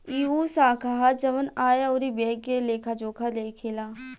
ई उ शाखा ह जवन आय अउरी व्यय के लेखा जोखा देखेला